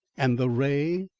and the ray!